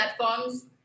platforms